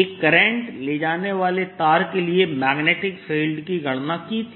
एक करंट ले जाने वाले तार के लिए मैग्नेटिक फील्ड की गणना की थी